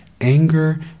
Anger